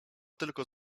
tylko